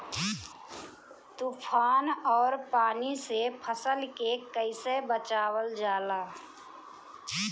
तुफान और पानी से फसल के कईसे बचावल जाला?